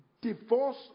divorce